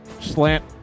slant